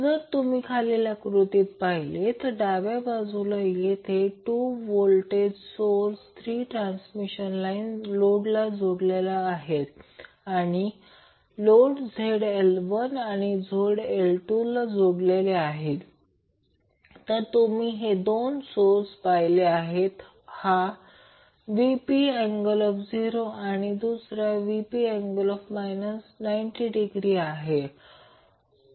जर तुम्ही खालील आकृतीत पाहिले डाव्या बाजूला तेथे 2 व्होल्टेज सोर्स 3 ट्रान्समिशन लाईन लोडला जोडलेले आहेत आणि लोड ZL1 आणि ZL2 जोडलेले आहेत तर तुम्ही हे दोन सोर्स पाहिले 1 हा Vp ∠ 0 आणि दुसरा Vp ∠ 90 आहे